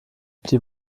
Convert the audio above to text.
die